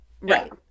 right